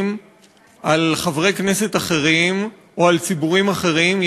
על חברי כנסת אחרים או על ציבורים אחרים.